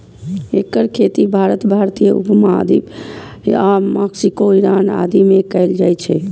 एकर खेती भारत, भारतीय उप महाद्वीप आ मैक्सिको, ईरान आदि मे कैल जाइ छै